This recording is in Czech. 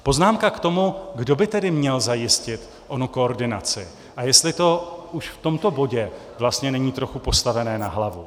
Poznámka k tomu, kdo by tedy měl zajistit onu koordinaci a jestli to už v tomto bodě vlastně není trochu postavené na hlavu.